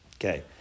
Okay